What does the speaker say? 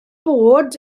bod